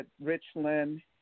Richland